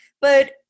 But-